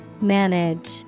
Manage